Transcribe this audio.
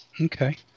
Okay